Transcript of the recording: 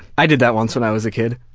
i did that once when i was a kid.